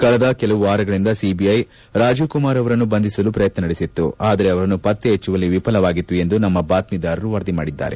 ಕಳೆದ ಕೆಲವು ವಾರಗಳಿಂದ ಸಿಬಿಐ ರಾಜೀವ್ ಕುಮಾರ್ ಅವರನ್ನು ಬಂಧಿಸಲು ಪ್ರಯತ್ನ ನಡೆಸಿತ್ತು ಆದರೆ ಅವರನ್ನು ಪತ್ತೆಹಚ್ಚುವಲ್ಲಿ ವಿಫಲವಾಗಿತ್ತು ಎಂದು ನಮ್ನ ಬಾತ್ಮೀದಾರರು ವರದಿ ಮಾಡಿದ್ದಾರೆ